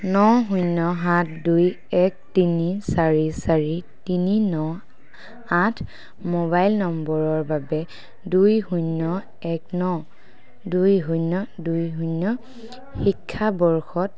ন শূন্য সাত দুই এক তিনি চাৰি চাৰি তিনি ন আঠ মোবাইল নম্বৰৰ বাবে দুই শূণ্য় এক ন দুই শূণ্য় দুই শূণ্য় শিক্ষাবৰ্ষত